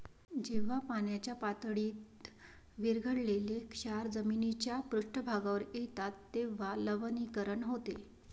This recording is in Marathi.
जेव्हा पाण्याच्या पातळीत विरघळलेले क्षार जमिनीच्या पृष्ठभागावर येतात तेव्हा लवणीकरण होते